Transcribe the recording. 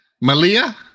Malia